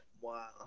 Wow